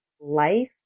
life